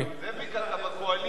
זאביק, אתה בקואליציה.